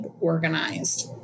organized